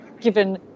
given